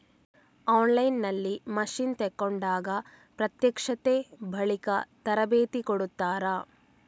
On line ನಲ್ಲಿ machine ತೆಕೋಂಡಾಗ ಪ್ರತ್ಯಕ್ಷತೆ, ಬಳಿಕೆ, ತರಬೇತಿ ಕೊಡ್ತಾರ?